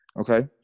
okay